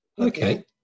Okay